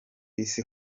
isi